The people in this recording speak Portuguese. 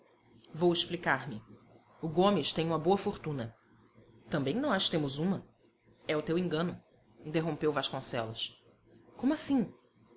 compreendo vou explicar-me o gomes tem uma boa fortuna também nós temos uma é o teu engano interrompeu vasconcelos como assim